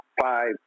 five